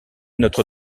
notre